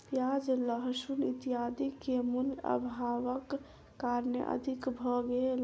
प्याज लहसुन इत्यादि के मूल्य, अभावक कारणेँ अधिक भ गेल